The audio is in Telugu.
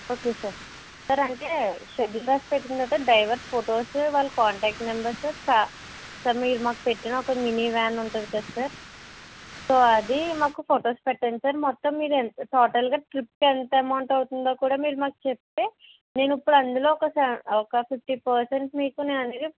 ఓకే సార్ సార్ అంటే షెడ్యూల్ రాసి పెట్టుకున్నట్ట డైవర్స్ ఫోటోసు వాళ్ళ కాంటాక్ట్ నంబర్సు కా సార్ మీరు మాకు పెట్టిన ఒక మినీ వ్యాన్ ఉంటుంది కదా సార్ సో అదీ మాకు ఫోటోస్ పెట్టండి సార్ మొత్తం మీరెంత టోటల్గా ట్రిప్కి ఎంత ఎమౌంట్ అవుతుందో కూడా మీరు మాకు చెప్తే నేను ఇప్పుడు అందులో ఒక సెవెన్ ఒక ఫిఫ్టీ పర్సెంట్ మీకు నేననేది